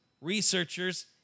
researchers